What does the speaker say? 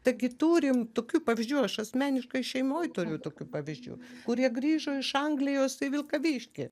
taigi turim tokių pavyzdžių aš asmeniškai šeimoj turiu tokių pavyzdžių kurie grįžo iš anglijos į vilkaviškį